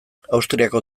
austriako